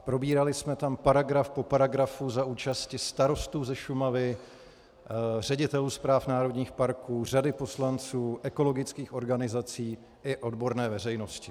Probírali jsme tam paragraf po paragrafu za účasti starostů ze Šumavy, ředitelů správ národních parků, řady poslanců, ekologických organizací i odborné veřejnosti.